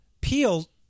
Peel